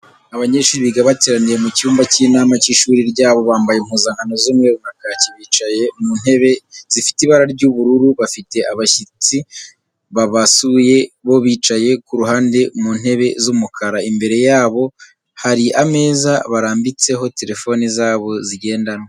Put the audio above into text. Abanyeshuri bateraniye mu cyumba cy'inama cy'ishuri ryabo, bambaye impuzankano z'umweru na kaki, bicaye mu ntebe zifite ibara ry'ubururu. Bafite abashyitsi babasuye bo bicaye ku ruhande mu ntebe z'umukara, imbere yabo hari ameza barambitseho telefoni zabo zigendanwa.